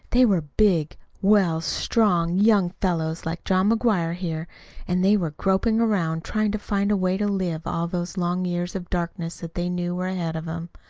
they were big, well, strong, young fellows, like john mcguire here and they were groping around, trying to find a way to live all those long years of darkness that they knew were ahead of them.